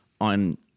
on